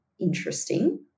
interesting